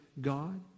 God